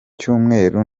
cyumweru